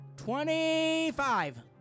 Twenty-five